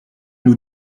nous